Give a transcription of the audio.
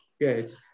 good